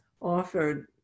offered